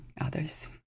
others